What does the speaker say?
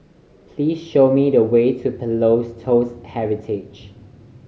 please show me the way to Pillows Toast Heritage